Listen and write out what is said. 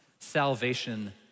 Salvation